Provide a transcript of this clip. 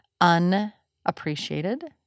unappreciated